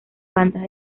bandas